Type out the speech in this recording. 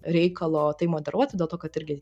reikalo tai moderuoti dėl to kad irgi